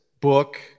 book